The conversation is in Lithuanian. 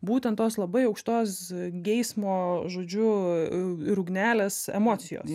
būtent tos labai aukštos geismo žodžiu ir ugnelės emocijos